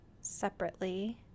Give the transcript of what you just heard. separately